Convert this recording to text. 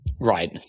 right